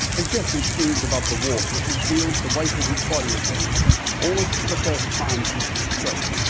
as geoffrey swings above the water he feels the weight of his body again almost for the first time since his stroke.